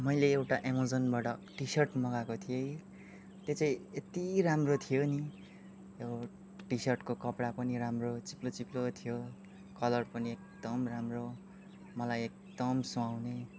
मैले एउटा एमाजोनबाट टि सर्ट मगाएको थिएँ त्यो चाहिँ यति राम्रो थियो नि टि सर्टको कपडा पनि राम्रो चिप्लो चिप्लो थियो कलर पनि एकदम राम्रो मलाई एकदम सुहाउने